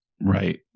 right